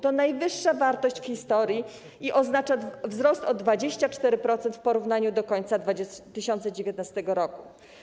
To najwyższa wartość w historii i oznacza wzrost o 24% w porównaniu z końcem 2019 r.